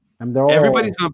Everybody's